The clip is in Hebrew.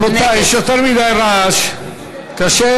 נגד